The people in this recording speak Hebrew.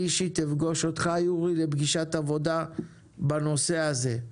אני אישית אפגוש אותך יורי לפגישת עבודה בנושא הזה.